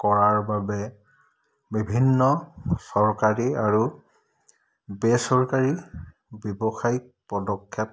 কৰাৰ বাবে বিভিন্ন চৰকাৰী আৰু বেচৰকাৰী ব্যৱসায়িক পদক্ষেপ